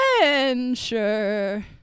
adventure